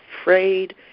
afraid